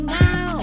now